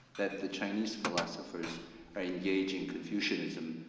that the chinese philosophers are engaging confucianism,